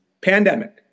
Pandemic